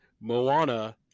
moana